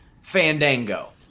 Fandango